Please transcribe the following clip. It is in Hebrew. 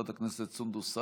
חברת הכנסת סונדוס סאלח,